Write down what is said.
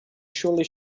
surly